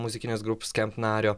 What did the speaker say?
muzikinės grup skemp nario